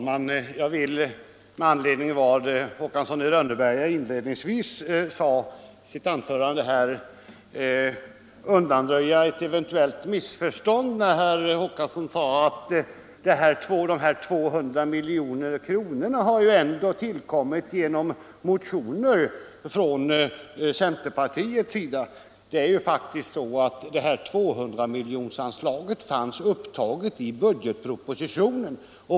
Fru talman! Med anledning av vad herr Håkansson i Rönneberga inledningsvis sade i sitt anförande vill jag undanröja ett eventuellt missförstånd. Herr Håkansson sade att det särskilda anslaget på 200 milj.kr. har tillkommit efter motioner från centerpartiet. Det är faktiskt så att det här anslaget finns upptaget i budgetpropositionen.